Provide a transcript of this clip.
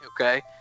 okay